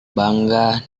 bangga